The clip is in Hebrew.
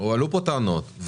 הועלו פה טענות.